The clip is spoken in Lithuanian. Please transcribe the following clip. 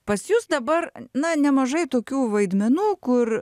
pas jus dabar na nemažai tokių vaidmenų kur